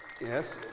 Yes